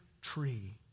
tree